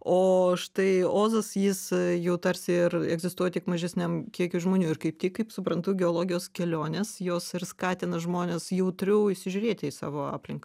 o štai ozas jis jau tarsi ir egzistuoja tik mažesniam kiekiui žmonių ir kaip tik kaip suprantu geologijos kelionės jos ir skatina žmones jautriau įsižiūrėti į savo aplinką